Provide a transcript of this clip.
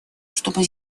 чтобы